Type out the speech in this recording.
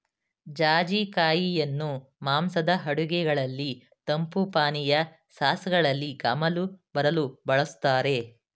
ಜಾಜಿ ಕಾಯಿಯನ್ನು ಮಾಂಸದ ಅಡುಗೆಗಳಲ್ಲಿ, ತಂಪು ಪಾನೀಯ, ಸಾಸ್ಗಳಲ್ಲಿ ಗಮಲು ಬರಲು ಬಳ್ಸತ್ತರೆ